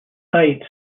eight